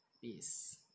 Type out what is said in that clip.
Peace